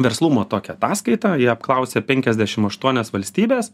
verslumo tokią ataskaitą jie apklausė penkiasdešim aštuonias valstybes